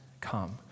come